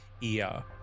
ear